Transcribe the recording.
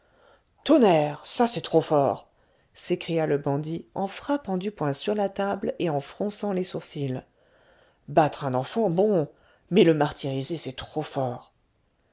tonnerre ça c'est trop fort s'écria le bandit en frappant du poing sur la table et en fronçant les sourcils battre un enfant bon mais le martyriser c'est trop fort